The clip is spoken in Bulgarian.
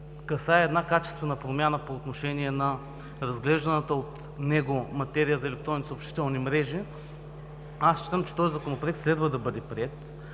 касае една качествена промяна по отношение на разглежданата от него материя за електронни съобщителни мрежи, считам, че този Законопроект следва да бъде приет.